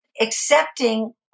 accepting